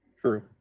True